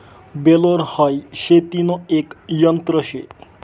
baler हाई शेतीन एक यंत्र शे